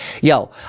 yo